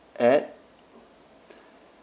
at